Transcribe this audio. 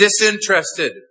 disinterested